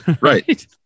Right